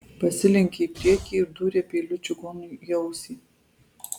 pasilenkė į priekį ir dūrė peiliu čigonui į ausį